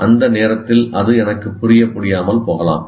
அந்த நேரத்தில் அது எனக்கு புரிய முடியாமல் போகலாம்